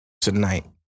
tonight